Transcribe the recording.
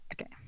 Okay